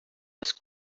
els